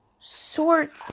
sorts